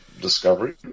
discovery